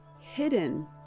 hidden